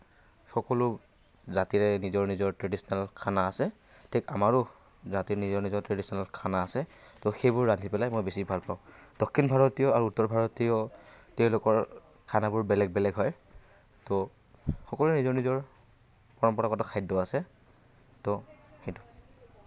সকলো জাতিৰে নিজৰ নিজৰ ট্ৰেডিচনেল খানা আছে ঠিক আমাৰো জাতিৰ নিজৰ নিজৰ ট্ৰেডিচনেল খানা আছে ত' সেইবোৰ ৰান্ধি পেলাই মই বেছি ভাল পাওঁ দক্ষিণ ভাৰতীয় আৰু উত্তৰ ভাৰতীয় তেওঁলোকৰ খানাবোৰ বেলেগ বেলেগ হয় ত' সকলোৰে নিজৰ নিজৰ পৰম্পৰাগত খাদ্য আছে ত' সেইটো